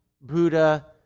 Buddha